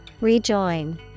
Rejoin